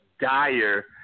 dire